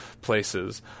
places